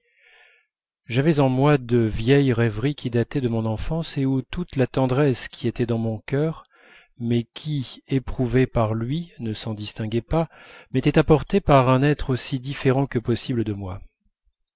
j'avais en moi de vieilles rêveries qui dataient de mon enfance et où toute la tendresse qui était dans mon cœur mais qui éprouvée par lui ne s'en distinguait pas m'était apportée par un être aussi différent que possible de moi